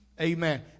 Amen